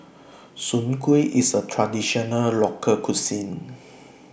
Soon Kway IS A Traditional Local Cuisine